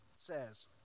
Says